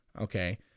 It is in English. Okay